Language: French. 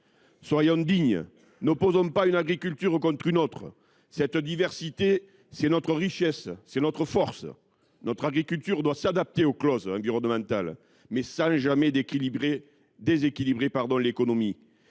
Soyons dignes, n’opposons pas une agriculture contre une autre. Cette diversité, c’est notre richesse et notre force. Notre agriculture doit s’adapter aux clauses environnementales, mais sans jamais déséquilibrer l’économie.